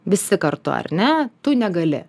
visi kartu ar ne tu negali